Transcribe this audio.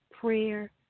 prayer